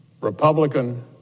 Republican